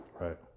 right